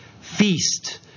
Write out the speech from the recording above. feast